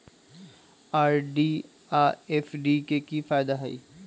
RD आ FD के कि फायदा हई?